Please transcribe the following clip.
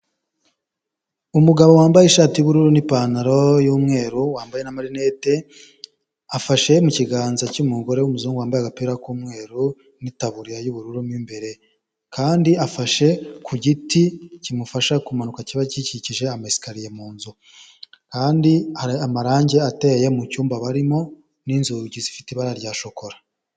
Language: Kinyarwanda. Umugabo wambaye ishati y'ubururu n'ipantaro y'umweru, wambaye amarinete, afashe mu kiganza cy'umugore w'umuzungu wambaye agapira k'umweru n'itaburiya y'ubururu mu imbere kandi afashe ku giti kimufasha kumanuka, kiba gikikije ama esikariye mu nzu kandi hari amarange ateye mu cyumba barimo n'inzugi zifite ibara rya shokora.